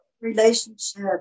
relationship